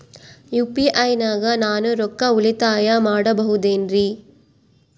UPI ನಾಗ ನಾನು ರೊಕ್ಕ ಉಳಿತಾಯ ಮಾಡಬಹುದೇನ್ರಿ?